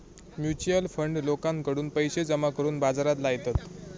mutual fund लोकांकडून पैशे जमा करून बाजारात लायतत